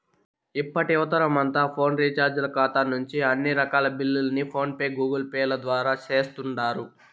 ఇప్పటి యువతరమంతా ఫోను రీచార్జీల కాతా నుంచి అన్ని రకాల బిల్లుల్ని ఫోన్ పే, గూగుల్పేల ద్వారా సేస్తుండారు